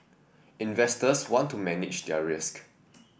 investors want to manage their risk